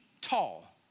tall